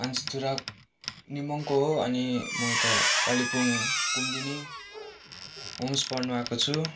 मानसी धुरा निम्बोङको हो अनि म यता कालिम्पोङ कुमुदिनी होम्स पढ्नु आएको छु